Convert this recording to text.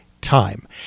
time